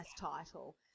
title